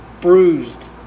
bruised